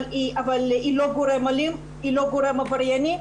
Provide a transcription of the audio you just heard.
אבל היא לא גורם אלים, היא לא גורם עברייני.